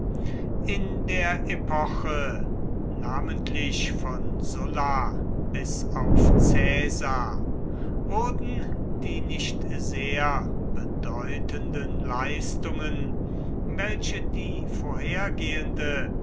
in der epoche namentlich von sulla bis auf caesar wurden die nicht sehr bedeutenden leistungen welche die vorhergehende